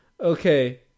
okay